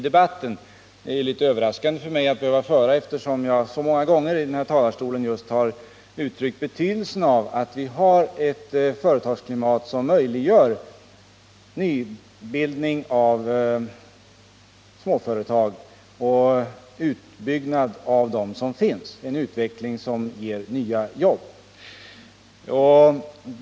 Det är litet överraskande för mig att behöva föra den debatten, eftersom jag så många gånger från denna talarstol givit uttryck för betydelsen av att vi har ett företagsklimat, som möjliggör nybildning av småföretag och utbyggnad av dem som finns — det är ju en utveckling som ger nya jobb.